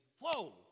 whoa